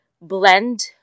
blend